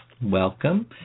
Welcome